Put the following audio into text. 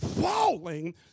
falling